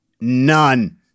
None